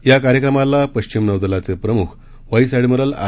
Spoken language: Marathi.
या कार्यक्रमाला पश्चिम नौदलाचे प्रमुख वाईस एडमिरल आर